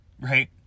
right